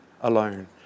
alone